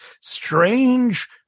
strange